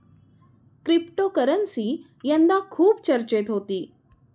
cryptocurrency यंदा खूप चर्चेत होती